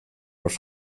los